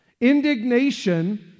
Indignation